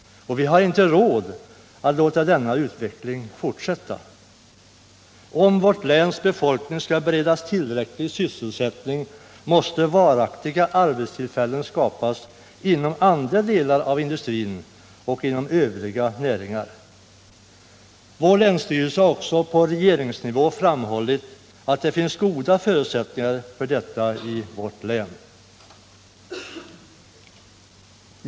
Vi har inte råd att låta denna utveckling fortsätta. För att vårt läns befolkning skall beredas tillräcklig sysselsättning, måste varaktiga arbetstillfällen skapas inom andra delar av industrin och inom övriga näringar. Vår länsstyrelse har också på regeringsnivå framhållit att det finns goda förutsättningar för detta i vårt län.